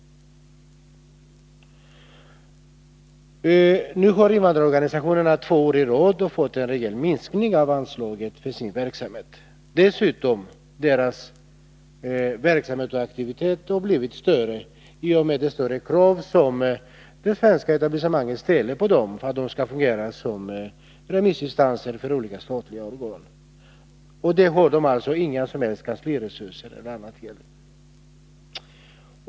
Invandrarorganisationerna har nu två år i rad fått en rejäl minskning av anslaget för sin verksamhet, samtidigt som denna verksamhet har blivit mer omfattande i och med de högre krav som det svenska etablissemanget ställer på dem, bl.a. när det gäller att fungera som remissinstanser för olika statliga organ. För dessa uppgifter har organisationerna inte några som helst kansliresurser eller annat sådant.